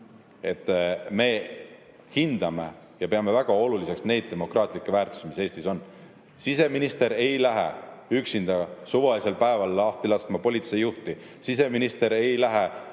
Me hindame ja peame väga oluliseks neid demokraatlikke väärtusi, mis Eestis on. Siseminister ei lähe üksinda suvalisel päeval lahti laskma politseijuhti. Siseminister ei lähe